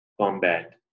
combat